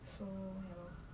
so ya lor